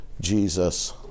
Jesus